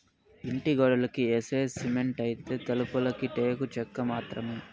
ఇంటి గోడలకి యేసే సిమెంటైతే, తలుపులకి టేకు చెక్క మాత్రమే